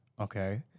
okay